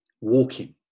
walking